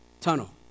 tunnel